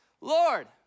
Lord